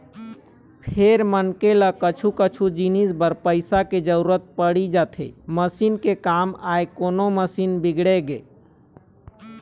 फेर मनखे ल कछु कछु जिनिस बर पइसा के जरुरत पड़ी जाथे मसीन के काम आय कोनो मशीन बिगड़गे